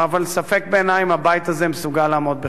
אבל ספק בעיני אם הבית הזה מסוגל לעמוד בכך.